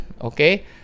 Okay